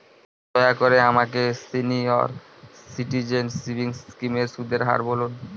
দয়া করে আমাকে সিনিয়র সিটিজেন সেভিংস স্কিমের সুদের হার বলুন